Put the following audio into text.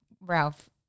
Ralph